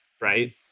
right